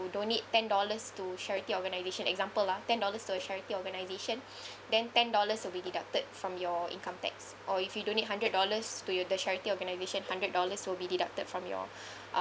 donate ten dollars to charity organization example ah ten dollar store charity organization then ten dollars will be deducted from your income tax or if you donate hundred dollars to your the charity organization hundred dollars will be deducted from your uh